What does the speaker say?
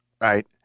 right